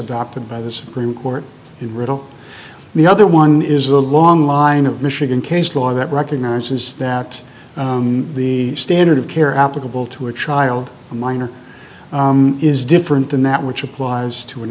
adopted by the supreme court in riddle the other one is a long line of michigan case law that recognizes that the standard of care applicable to a child a minor is different than that which applies to an